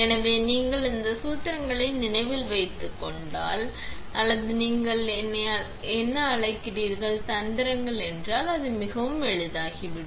எனவே நீங்கள் இந்த சூத்திரங்களை நினைவில் வைத்துக் கொண்டால் அல்லது நீங்கள் என்ன அழைக்கிறீர்கள் தந்திரங்கள் என்றால் அது மிகவும் எளிதாகிவிடும்